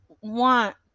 want